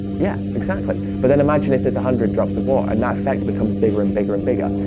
yeah, exactly. but then imagine if there's a hundred drops of water and that effect becomes bigger and bigger and bigger.